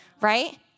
right